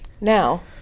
Now